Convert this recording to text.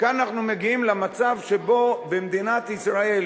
כאן אנחנו מגיעים למצב שבו במדינת ישראל,